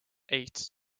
eight